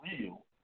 real